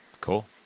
Cool